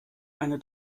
eine